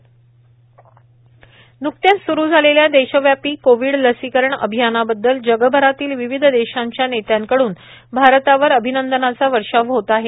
अभिनंदन वर्षाव न्कत्याच सुरू झालेल्या देशव्यापी कोविड लसीकरण अभियानाबददल जगभरातील विविध देशांच्या नेत्यांकडून भारतावर अभिनंदनाचा वर्षाव होत आहे